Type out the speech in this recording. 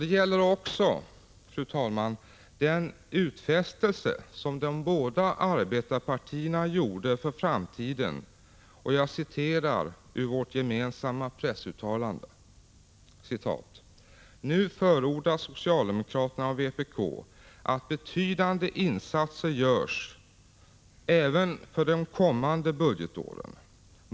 Det gäller också, fru talman, den utfästelse som de båda arbetarpartierna har gjort för framtiden. Jag citerar ur vårt gemensamma pressuttalande: ”Nu förordar socialdemokraterna och vpk att betydande insatser görs även för de kommande budgetåren.